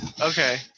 Okay